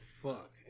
fuck